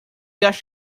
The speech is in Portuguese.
acha